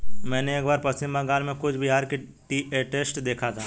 मैंने एक बार पश्चिम बंगाल में कूच बिहार टी एस्टेट देखा था